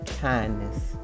kindness